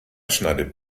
schneidet